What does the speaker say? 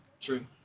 True